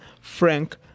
Frank